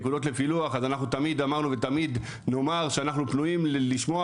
נקודות לפילוח אנחנו תמיד אמרנו ותמיד נאמר שאנחנו פנויים לשמוע